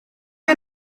wir